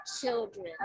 children